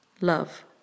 love